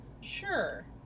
Sure